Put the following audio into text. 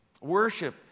Worship